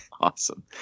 Awesome